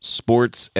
sports